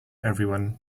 everyone